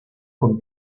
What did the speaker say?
con